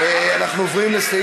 ושל קבוצת